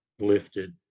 lifted